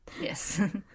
yes